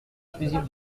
exclusive